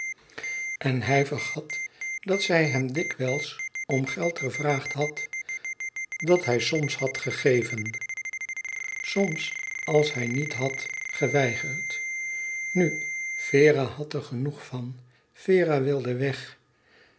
en hij vergat dat zij hem dikwijls om geld gevraagd had dat hij soms had gegeven soms als hij niet had geweigerd nu vera had er genoeg van vera wilde weg